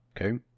Okay